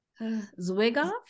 Zwigoff